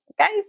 okay